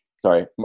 Sorry